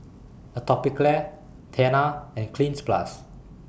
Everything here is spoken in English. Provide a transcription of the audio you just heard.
Atopiclair Tena and Cleanz Plus